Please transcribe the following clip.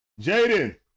Jaden